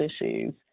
issues